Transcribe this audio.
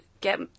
get